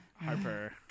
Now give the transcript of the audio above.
Harper